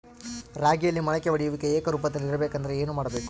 ರಾಗಿಯಲ್ಲಿ ಮೊಳಕೆ ಒಡೆಯುವಿಕೆ ಏಕರೂಪದಲ್ಲಿ ಇರಬೇಕೆಂದರೆ ಏನು ಮಾಡಬೇಕು?